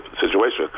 situation